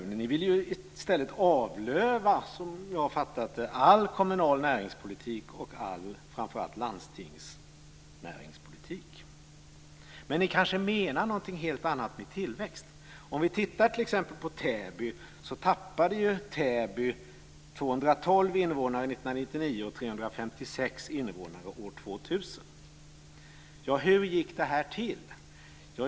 Ni vill ju, som jag har förstått det, avlöva all kommunal näringspolitik och framför allt landstingsnäringspolitik. Ni kanske menar något helt annat med tillväxt? Täby t.ex. tappade ju 212 invånare 1999 och 356 invånare år 2000. Hur gick det till?